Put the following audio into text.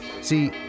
See